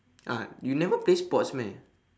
ah you never play sports meh